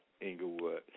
Inglewood